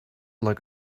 like